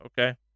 Okay